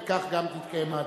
וכך גם תתקיים ההצבעה.